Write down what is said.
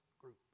group